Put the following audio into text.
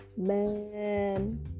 Man